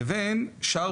לבין שאר